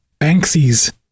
Banksy's